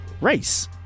race